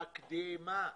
מקדימה,